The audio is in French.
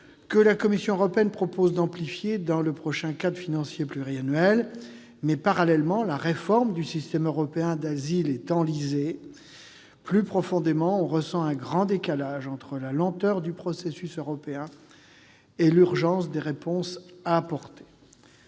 que la Commission européenne propose d'amplifier dans le prochain cadre financier pluriannuel. Cependant, parallèlement, la réforme du système européen d'asile est enlisée. Plus profondément, on ressent un grand décalage entre la lenteur du processus européen et l'urgence des réponses à apporter.